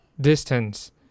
distance